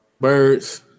Birds